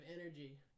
energy